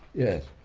yes.